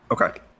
Okay